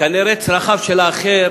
כנראה צרכיו של האחר